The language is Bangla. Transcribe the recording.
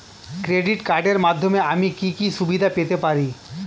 ক্রেডিট কার্ডের মাধ্যমে আমি কি কি সুবিধা পেতে পারি?